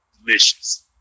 delicious